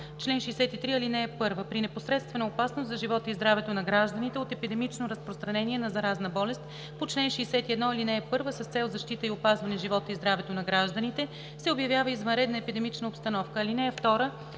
„Чл. 63. (1) При непосредствена опасност за живота и здравето на гражданите от епидемично разпространение на заразна болест по чл. 61, ал. 1, с цел защита и опазване живота и здравето на гражданите, се обявява извънредна епидемична обстановка. (2)